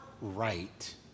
right